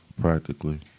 practically